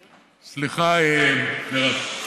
סליחה, מירב.